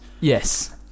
Yes